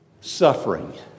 suffering